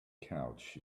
couch